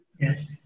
Yes